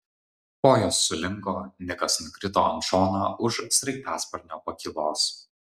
kojos sulinko nikas nukrito ant šono už sraigtasparnio pakylos